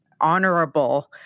honorable